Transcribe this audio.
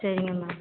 சரிங்க மேம்